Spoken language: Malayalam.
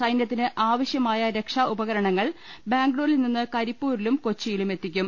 സൈന്യത്തിന് ആവശ്യമായ രക്ഷാഉപകരണങ്ങൾ ബാംഗ്ലൂരിൽ നിന്ന് കരിപ്പൂരിലും കൊച്ചിയിലുമെത്തിക്കും